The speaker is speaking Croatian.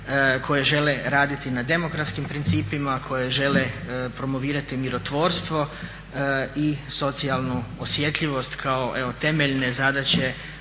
koje žele raditi na demokratskim principima, koje žele promovirati mirotvorstvo i socijalnu osjetljivost kao temeljne zadaće